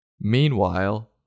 Meanwhile